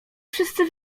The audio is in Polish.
wszyscy